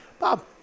Bob